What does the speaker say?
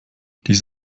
dies